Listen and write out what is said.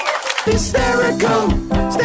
hysterical